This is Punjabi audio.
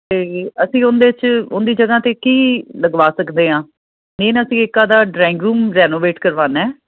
ਅਤੇ ਅਸੀਂ ਉਹਦੀ 'ਚ ਉਹਦੀ ਜਗ੍ਹਾ 'ਤੇ ਕੀ ਲਗਵਾ ਸਕਦੇ ਹਾਂ ਮੇਨ ਅਸੀਂ ਇੱਕ ਅੱਧਾ ਡਰਾਇੰਗ ਰੂਮ ਰੈਨੋਵੇਟ ਕਰਵਾਉਣਾ